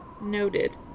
Noted